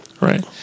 right